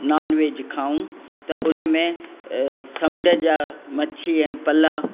nonveg खाऊं त उन में समुंड जा मछी ऐं पला